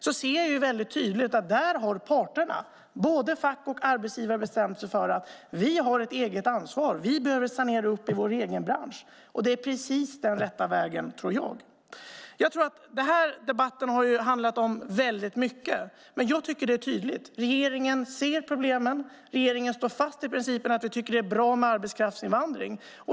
Där ser jag tydligt att parterna, både fack och arbetsgivare, har bestämt sig för att man har ett eget ansvar och att man behöver sanera i sin egen bransch. Detta tror jag är precis den rätta vägen. Det välkomnar vi. Denna debatt har handlat om mycket. Men det är tydligt att regeringen ser problemen och står fast vid principen att det är bra med arbetskraftsinvandring.